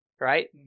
right